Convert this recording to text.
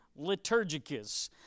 liturgicus